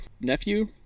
nephew